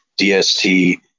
DST